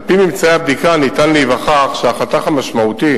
על-פי ממצאי הבדיקה ניתן להיווכח שהחתך המשמעותי